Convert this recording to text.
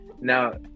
Now